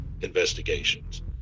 investigations